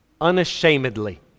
unashamedly